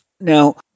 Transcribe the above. now